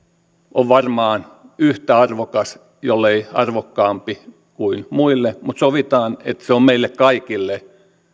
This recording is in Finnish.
on varmaan yhtä arvokas jollei arvokkaampi kuin muille mutta sovitaan että se on meille kaikille